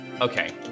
Okay